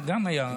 גם היה.